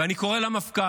ואני קורא למפכ"ל